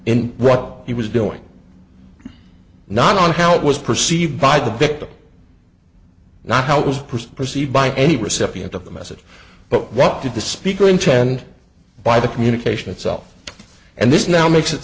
rugby he was doing not on how it was perceived by the victim not how it was present preceded by any recipient of the message but what did the speaker intend by the communication itself and this now makes it